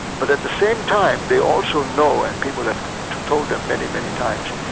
but at the same time, they also know, and people have told them many, many times,